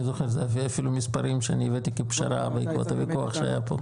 זה מספרים שהבאתי כפשרה אבל היה פה ויכוח...